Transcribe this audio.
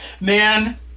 Man